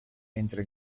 entra